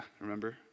Remember